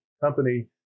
company